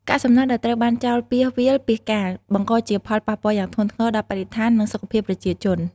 កាកសំណល់ដែលត្រូវបានចោលពាសវាលពាសកាល បង្កជាផលប៉ះពាល់យ៉ាងធ្ងន់ធ្ងរដល់បរិស្ថាន និងសុខភាពប្រជាជន។